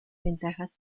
ventajas